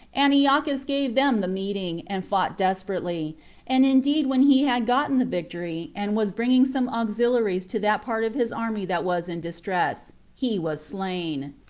antiochus gave them the meeting, and fought desperately and indeed when he had gotten the victory, and was bringing some auxiliaries to that part of his army that was in distress, he was slain.